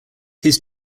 his